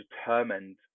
determined